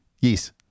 Yes